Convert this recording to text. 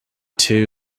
too